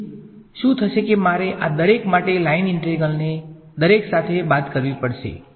તેથી શું થશે કે મારે આ દરેક માટે લાઇન ઇન્ટિગ્રલ્સને દરેક સાથે બાદ કરવી પડશે